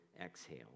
exhale